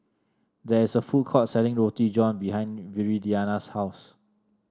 there is a food court selling Roti John behind Viridiana's house